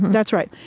that's right.